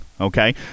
Okay